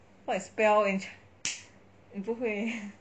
what a spell in chi~ 你不会